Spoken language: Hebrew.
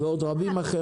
ועוד רבים אחרים.